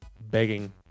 begging